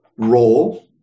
role